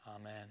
Amen